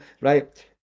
right